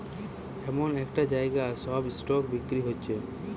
এমন একটা জাগায় সব স্টক বিক্রি হচ্ছে